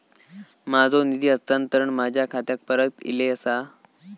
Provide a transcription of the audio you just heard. माझो निधी हस्तांतरण माझ्या खात्याक परत इले आसा